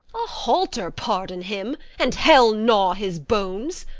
a halter pardon him! and hell gnaw his bones!